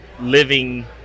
living